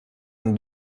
amb